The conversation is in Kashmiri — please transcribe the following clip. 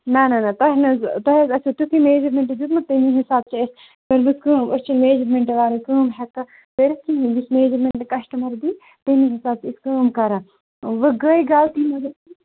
نہ نہ نہ تۄہہِ نہ حظ تۄہہِ حظ آسوٕ تِتھُے میجَرمٮ۪نٛٹ دیُتمُت تمے حِساب چھِ أسۍ مٲلمٕژ کٲم أسۍ چھِ میجَرمٮ۪نٛٹ والٮ۪ن کٲم ہٮ۪کان کٔرِتھ کِہیٖنۍ یُس میجَرمٮ۪نٛٹ کَسٹمَر دی تمے حِساب چھِ أسۍ کٲم کَران وۄنۍ گٔے غلطی مگر